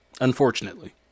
unfortunately